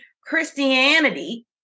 Christianity